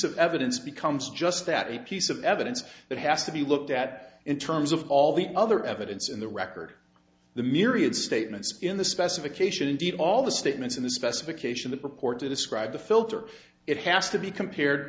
of evidence becomes just that a piece of evidence that has to be looked at in terms of all the other evidence in the record the myriad statements in the specification indeed all the statements in the specification that purport to describe the filter it has to be compared